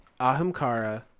Ahamkara